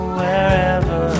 wherever